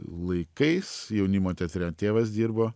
laikais jaunimo teatre tėvas dirbo